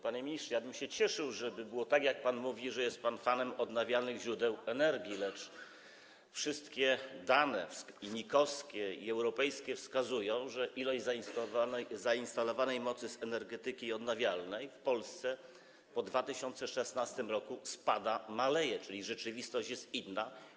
Panie ministrze, cieszyłbym się, gdyby było tak, jak pan mówi, że jest pan fanem odnawialnych źródeł energii, lecz wszystkie dane, i NIK-owskie, i europejskie, wskazują, że ilość zainstalowanej mocy z energetyki odnawialnej w Polsce po 2016 r. spada, maleje, czyli rzeczywistość jest inna.